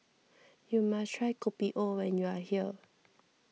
you must try Kopi O when you are here